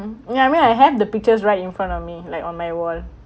ya I mean I have the pictures right in front of me like on my wall